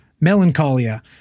melancholia